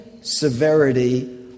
severity